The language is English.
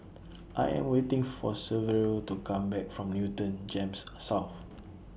I Am waiting For Severo to Come Back from Newton Gems South